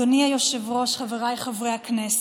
אדוני היושב-ראש, חבריי חברי הכנסת,